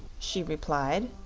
she replied.